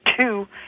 two